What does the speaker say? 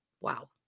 wow